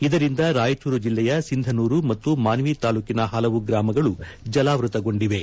ಇದರಿಂದ ರಾಯಚೂರು ಜಿಲ್ಲೆಯ ಸಿಂಧನೂರು ಮತ್ತು ಮಾನ್ವಿ ತಾಲೂಕಿನ ಪಲವು ಗ್ರಾಮಗಳು ಜಲಾವೃತಗೊಂಡಿವೆ